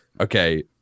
okay